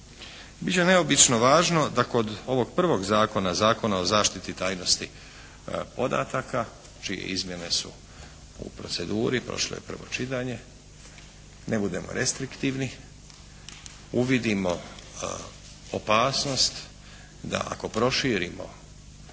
Bit će neobično važno da kod ovog prvog zakona, Zakona o zaštiti tajnosti podataka čije izmjene su u proceduri, prošlo je prvo čitanje, ne budemo restriktivni, uvidimo opasnost da ako proširimo